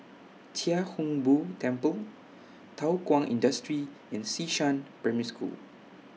Chia Hung Boo Temple Thow Kwang Industry and Xishan Primary School